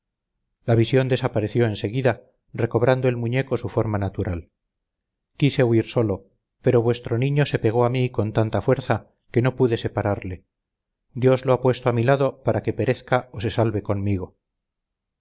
la visión desapareció en seguida recobrando el muñeco su forma natural quise huir solo pero vuestro niño se pegó a mí con tanta fuerza que no pude separarle dios lo ha puesto a mi lado para que perezca o se salve conmigo